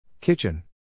Kitchen